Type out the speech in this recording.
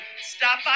stop